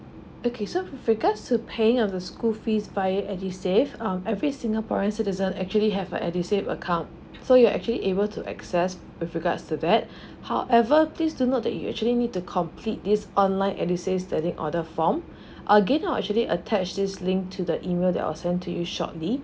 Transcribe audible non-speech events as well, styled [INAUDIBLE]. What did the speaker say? okay so with regards to paying of the school fees via edusave um every singaporean citizens actually have a edusave account so you're actually able to access with regards to that [BREATH] however please to note that you actually need to complete this online edusave standing order form [BREATH] again I'll actually attach this link to the email that I'll send to you shortly